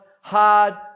hard